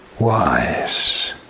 wise